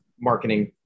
marketing